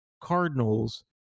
Cardinals